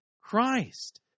Christ